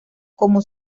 como